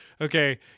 okay